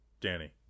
Danny